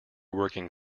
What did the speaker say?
working